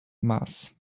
mass